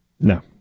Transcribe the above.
No